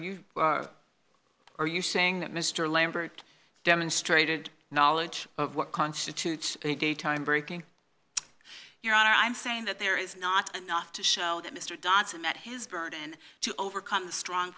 you are you saying that mr lambert demonstrated knowledge of what constitutes a time breaking your honor i'm saying that there is not enough to show that mr dodson met his burden to overcome the strong